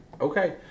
Okay